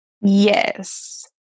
Yes